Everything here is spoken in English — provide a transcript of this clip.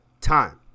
time